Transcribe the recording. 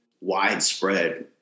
widespread